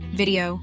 video